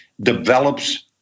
develops